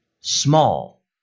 small